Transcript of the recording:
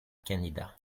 canéda